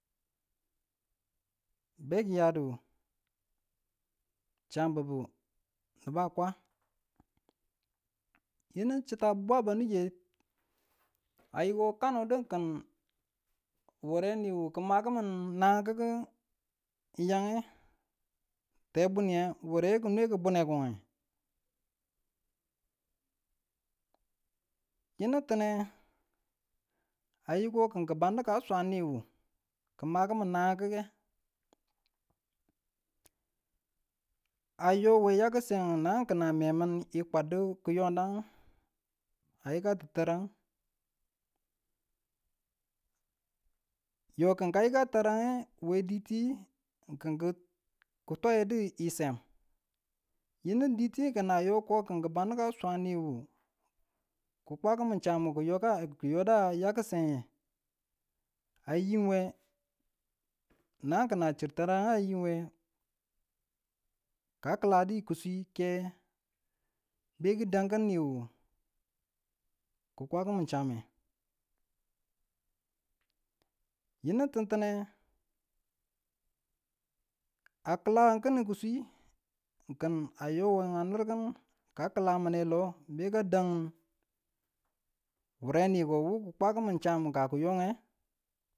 We kiyadu, cham bubu nibu kwaa, yinu chitta bwaa banunge ayi kano di kin wure niwu ki makimi nanange yange tebunge ware kine bunni kong yinu ti̱neng aya ko kin ki badu kaan swan ni wu kima kimin nanangkike ayo we yaki̱seng nan kima memi ki n kwadu ki yodenge a yikatu tereng yo kin kayika terengu we diti n kin ki̱ twayedu n sem yinu ditiyi kina yo ko kibadu kan swan niwu ki kwakimu chaamu ki yoda kiyoda ya kisenge ayi we nang kina chir tereng ayiwe, ka kiladi ki sii ke be ki kideng niwu ki kwakimu chaame, yinu ti̱ti̱ne a kilawe kini ki sii kin ka yo we nirkinu ka kilamune lo be ka dang wure niko wu kikwakimin chaame ka kiyonge?